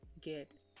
get